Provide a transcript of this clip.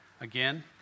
again